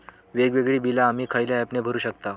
वेगवेगळी बिला आम्ही खयल्या ऍपने भरू शकताव?